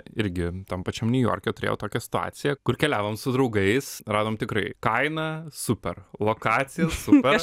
irgi tam pačiam niujorke turėjau tokią situaciją kur keliavom su draugais radom tikrai kainą super lokacija super